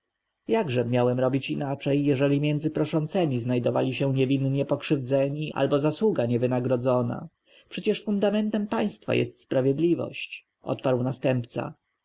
jakże miałem robić inaczej jeżeli między proszącymi znajdowali się niewinnie pokrzywdzeni albo zasługa niewynagrodzona przecież fundamentem państwa jest sprawiedliwość odparł następca